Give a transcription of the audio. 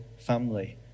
family